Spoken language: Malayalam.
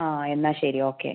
ആ എന്നാൽ ശരി ഓക്കെ